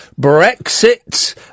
Brexit